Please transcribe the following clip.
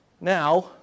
Now